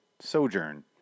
Sojourn